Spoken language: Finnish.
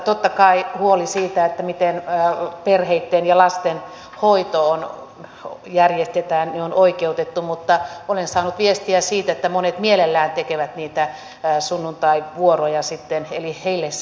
totta kai huoli siitä miten perheitten ja lasten hoito järjestetään on oikeutettu mutta olen saanut viestiä siitä että monet mielellään tekevät niitä sunnuntaivuoroja sitten eli heille se järjestely sopii